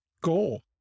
goal